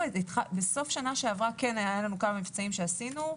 בסוף שנה שעברה היו לנו כמה מבצעים שעשינו.